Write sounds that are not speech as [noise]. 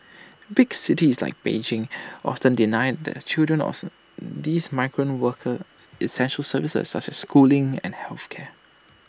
big cities like Beijing often deny the children [unintelligible] these migrant workers essential services such as schooling and health care